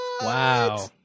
Wow